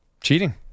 Cheating